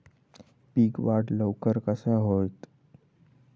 पीक वाढ लवकर कसा होईत?